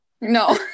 No